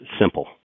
simple